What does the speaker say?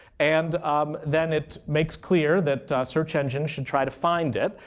and then it makes clear that search engine should try to find it.